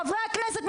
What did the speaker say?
חברי הכנסת,